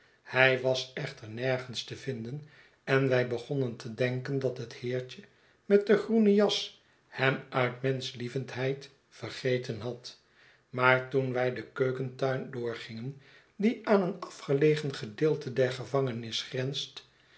hij was echter nergens te vinden en wij begonnen te denken dat het heertje met de groene jas hem uit menschlievendheid vergeten had maar toen wij den keukentuin doorgingen die aan een afgelegen gedeelte der gevangenis grenst